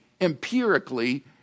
empirically